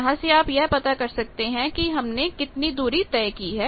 यहां से आप यह पता कर सकते हैं कि हमने कितनी दूरी तय की है